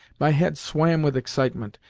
my head swam with excitement,